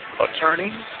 Attorney